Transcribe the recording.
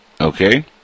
Okay